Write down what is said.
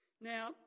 Now